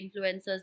influencers